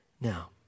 Now